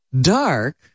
dark